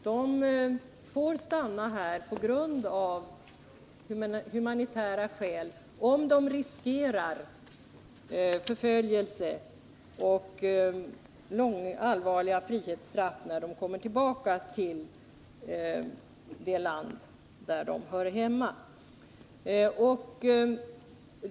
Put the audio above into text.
De får stanna av humanitära skäl, om de riskerar förföljelse och allvarliga frihetsstraff, när de kommer tillbaka till hemlandet.